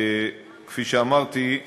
כפי שאמרתי,